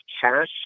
cash